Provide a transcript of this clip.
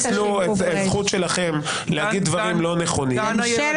תנצלו את הזכות שלכם להגיד דברים לא נכונים --- ממשלת שי"ן,